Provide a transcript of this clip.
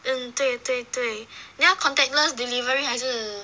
mm 对对对你要 contactless delivery 还是